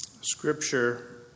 Scripture